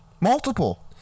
Multiple